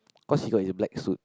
cause he were in black suit